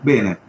Bene